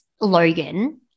Logan